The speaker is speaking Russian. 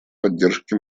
поддержки